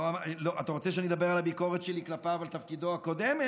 אתה רוצה שאני אדבר על הביקורת שלי כלפיו על תפקידו הקודם?